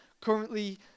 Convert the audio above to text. currently